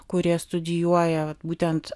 kurie studijuoja būtent